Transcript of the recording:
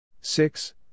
Six